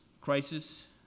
crisis